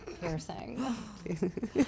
Piercing